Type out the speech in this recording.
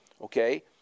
okay